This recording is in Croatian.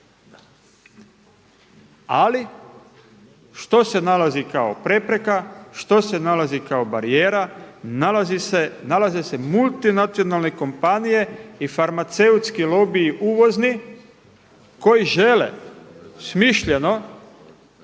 Ali što se nalazi kao prepreka? Što se nalazi kao barijera? Nalaze se multinacionalne kompanije i farmaceutski lobiji uvozni koji žele smišljeno